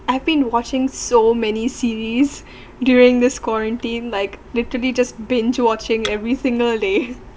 I've been watching so many series during this quarantine like literally just been through watching every single day